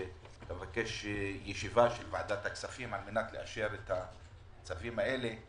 שאתה מבקש ישיבה של ועדת הכספים על מנת לאשר את הכספים האלה?